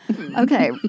Okay